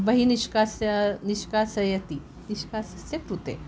बहिः निष्कास्य निष्कासयति निष्कासनस्य कृते